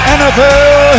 nfl